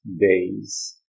days